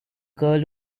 girl